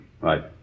Right